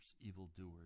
evildoers